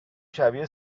شبیه